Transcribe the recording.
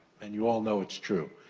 and you all know it's true.